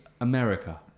America